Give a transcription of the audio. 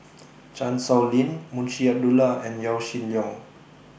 Chan Sow Lin Munshi Abdullah and Yaw Shin Leong